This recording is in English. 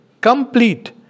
complete